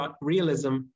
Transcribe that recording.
realism